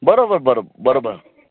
बरोबर बरब बरोबर